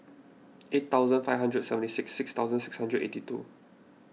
eight thousand five hundred and seventy six six thousand six hundred eighty two